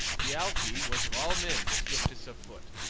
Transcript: thialfi was of all men the swiftest of foot.